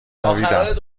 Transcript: دویدم